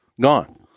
Gone